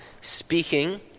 speaking